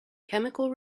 chemical